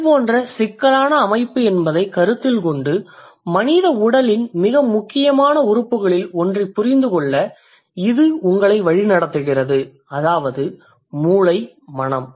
இது போன்ற சிக்கலான அமைப்பு என்பதைக் கருத்தில் கொண்டு மனித உடலின் மிக முக்கியமான உறுப்புகளில் ஒன்றைப் புரிந்துகொள்ள இது உங்களை வழிநடத்துகிறது அதாவது மூளைமனம்